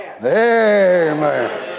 Amen